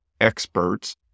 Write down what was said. experts